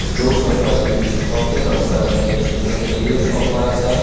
blue Tokai coffee रोस्टराचेर कसलीय offer आसा